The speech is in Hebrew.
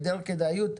היעדר כדאיות,